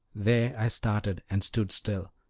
there i started and stood still,